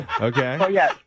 Okay